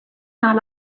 not